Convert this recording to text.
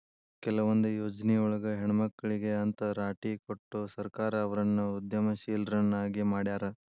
ಕೆಲವೊಂದ್ ಯೊಜ್ನಿಯೊಳಗ ಹೆಣ್ಮಕ್ಳಿಗೆ ಅಂತ್ ರಾಟಿ ಕೊಟ್ಟು ಸರ್ಕಾರ ಅವ್ರನ್ನ ಉದ್ಯಮಶೇಲ್ರನ್ನಾಗಿ ಮಾಡ್ಯಾರ